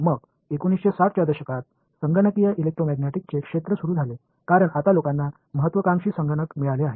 मग 1960 च्या दशकात संगणकीय इलेक्ट्रोमॅग्नेटिक्सचे क्षेत्र सुरू झाले कारण आता लोकांना महत्वाकांक्षी संगणक मिळाले आहेत